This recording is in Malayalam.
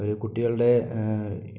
അവര് കുട്ടികളുടെ